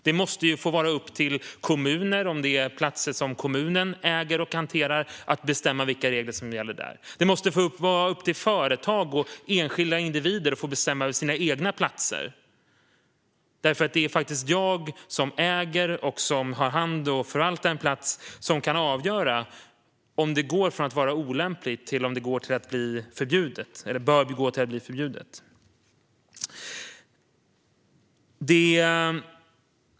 Det måste få vara upp till kommunen, om det är platser som kommunen äger och hanterar, att bestämma vilka regler som gäller. Och det måste få vara upp till företag och enskilda individer att få bestämma över sina egna platser. Det är nämligen den som äger, som har hand om och som förvaltar en plats som kan avgöra om något som är olämpligt bör bli förbjudet.